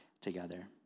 together